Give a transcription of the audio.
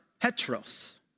Petros